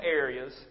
areas